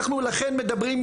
אנחנו לכן מדברים,